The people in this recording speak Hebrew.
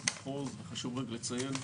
חשוב לציין,